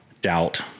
doubt